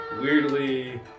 weirdly